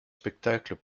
spectacles